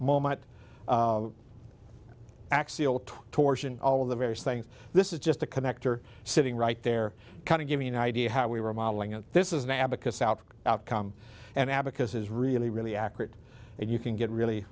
moment axial torsion all of the various things this is just a connector sitting right there kind of give me an idea how we were modeling and this is an abacus out outcome and abacus is really really accurate and you can get really